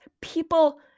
people